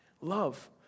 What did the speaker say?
Love